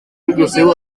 inclusiu